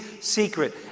secret